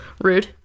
Rude